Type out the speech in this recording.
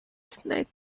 snack